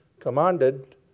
commanded